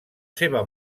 seva